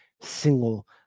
single